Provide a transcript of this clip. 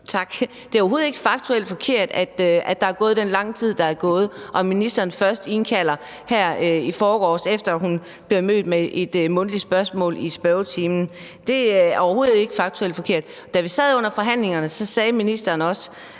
Tak. Det er overhovedet ikke faktuelt forkert, at der er gået den lange tid, der er gået, og at ministeren først indkalder her i forgårs, efter hun blev mødt med et mundtligt spørgsmål i spørgetimen – det er overhovedet ikke faktuelt forkert. Man må ikke referere fra forhandlingerne, men under